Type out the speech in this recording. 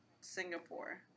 Singapore